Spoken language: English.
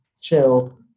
chill